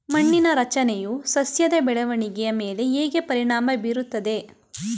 ಮಣ್ಣಿನ ರಚನೆಯು ಸಸ್ಯದ ಬೆಳವಣಿಗೆಯ ಮೇಲೆ ಹೇಗೆ ಪರಿಣಾಮ ಬೀರುತ್ತದೆ?